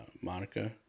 Monica